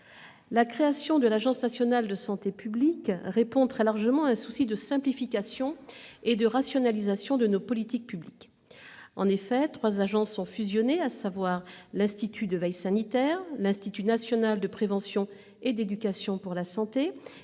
La création de l'Agence nationale de santé publique répond très largement à un souci de simplification et de rationalisation de nos politiques publiques. En effet, trois agences sont fusionnées, à savoir l'Institut de veille sanitaire, l'Institut national de prévention et d'éducation pour la santé et l'Établissement de préparation et de réponse aux